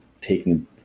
taking